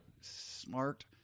smart